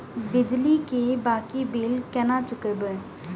बिजली की बाकी बील केना चूकेबे?